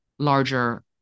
larger